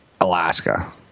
Alaska